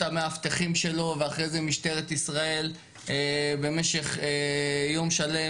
המאבטחים שלו ואחרי זה משטרת ישראל במשך יום שלם